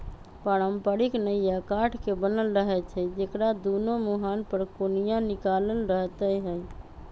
पारंपरिक नइया काठ के बनल रहै छइ जेकरा दुनो मूहान पर कोनिया निकालल रहैत हइ